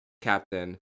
Captain